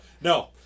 No